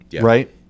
right